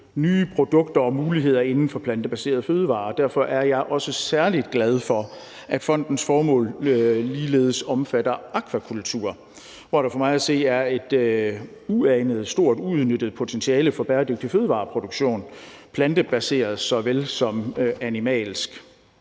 nye produkter og muligheder inden for det plantebaserede fødevareområde. Derfor er jeg også særlig glad for, at fondens formål ligeledes omfatter akvakultur, hvor der for mig at se er et uanet stort, uudnyttet potentiale for bæredygtig fødevareproduktion, plantebaseret såvel som animalsk,